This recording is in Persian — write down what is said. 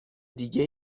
دیگه